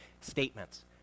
statements